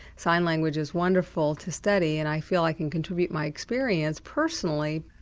sign language is wonderful to study and i feel i can contribute my experience personally.